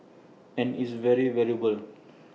and it's been very valuable